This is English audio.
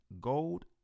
gold